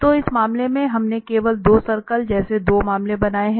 तो इस मामले में हमने केवल 2 सर्कल जैसे 2 मामले बनाए हैं